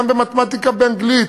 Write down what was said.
גם במתמטיקה ובאנגלית,